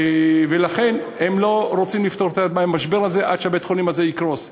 ולכן הם לא רוצים לפתור את המשבר הזה עד שבית-החולים הזה יקרוס.